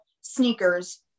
sneakers